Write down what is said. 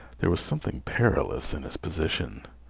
there was something perilous in his position.